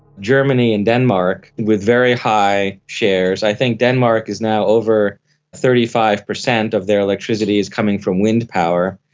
germany and denmark with very high shares, i think denmark is now over thirty five percent of their electricity is coming from wind power.